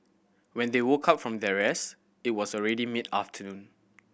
when they woke up from their rest it was already mid afternoon